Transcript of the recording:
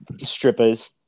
strippers